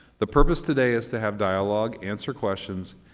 the purpose today is to have dialogue, answer questions,